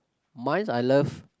mine's I love